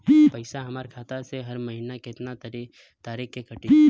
पैसा हमरा खाता से हर महीना केतना तारीक के कटी?